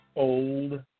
Old